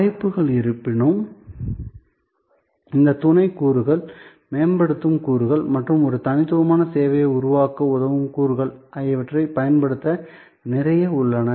வாய்ப்புகள் இருப்பினும் இந்த துணை கூறுகள் மேம்படுத்தும் கூறுகள் மற்றும் ஒரு தனித்துவமான சேவையை உருவாக்க உதவும் கூறுகள் ஆகியவற்றைப் பயன்படுத்த நிறைய உள்ளன